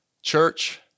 Church